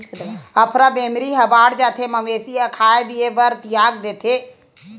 अफरा बेमारी ह बाड़ जाथे त मवेशी ह खाए पिए बर तियाग देथे